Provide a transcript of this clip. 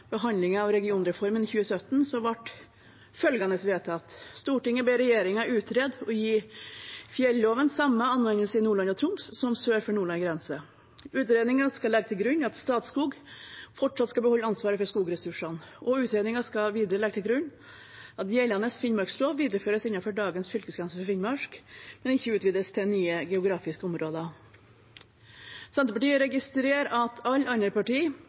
av regionreformen i 2017, ble følgende vedtatt: «Stortinget ber regjeringen utrede å gi fjelloven samme anvendelse i Nordland og Troms som sør for Nordland grense. Utredningen skal legge til grunn at Statskog fortsatt skal beholde ansvaret for skogressursene. Utredningen skal videre legge til grunn at gjeldende finnmarkslov videreføres innenfor dagens fylkesgrense for Finnmark, men ikke utvides til nye geografiske områder.» Senterpartiet registrerer at alle andre